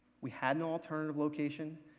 we had no alternative location.